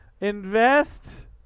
Invest